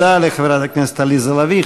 תודה לחברת הכנסת עליזה לביא.